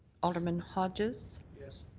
alderman hodges. yes.